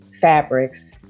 fabrics